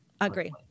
agree